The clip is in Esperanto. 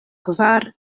kvar